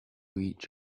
each